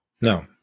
no